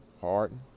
Harden